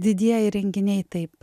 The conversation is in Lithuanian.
didieji renginiai taip